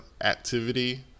activity